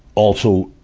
also,